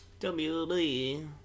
WB